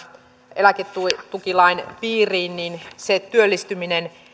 eläketukilain piiriin se työllistyminen